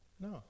No